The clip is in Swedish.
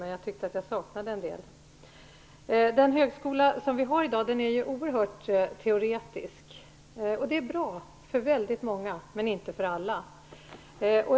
Men jag tyckte att jag saknade en del. Den högskola vi har i dag är oerhört teoretisk. Det är bra för väldigt många, men inte för alla.